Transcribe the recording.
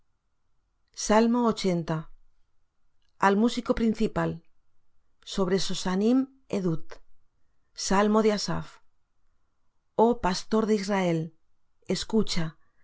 tus alabanzas al músico principal sobre sosannim eduth salmo de asaph oh pastor de israel escucha